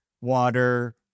water